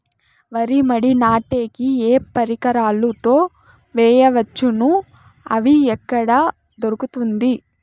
వరి మడి నాటే కి ఏ పరికరాలు తో వేయవచ్చును అవి ఎక్కడ దొరుకుతుంది?